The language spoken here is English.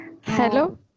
Hello